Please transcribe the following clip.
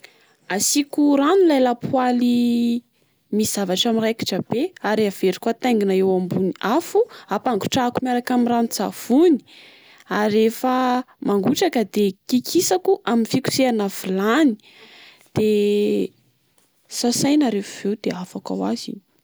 Asiako rano ilay lapoaly misy zavatra miraikitra be ary averiko ataingina eo ambony afo. Ampangotrahiko miaraka amin'ny ranon-tsavony, ary rehefa mangotraka de kikisako amin'ny fikosehana vilany. De sasaina rehefa avy eo de afaka ho azy iny.